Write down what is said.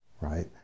right